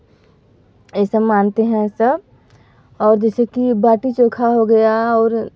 यह सब मानते हैं सब और जैसे कि बाटी चोखा हो गया और